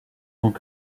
temps